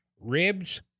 ribs